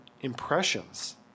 impressions